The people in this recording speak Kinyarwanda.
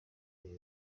uyu